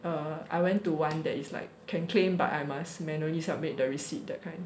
uh I went to one that is like can claim but I must manually submit the receipt that kind